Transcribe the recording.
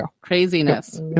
Craziness